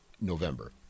november